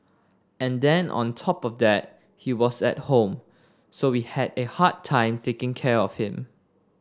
and then on top of that he was at home so we had a hard time taking care of him